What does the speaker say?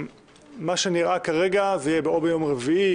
ממה שנראה כרגע זה יהיה או ביום רביעי,